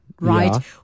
right